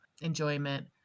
enjoyment